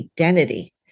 identity